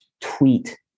tweet